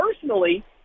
personally –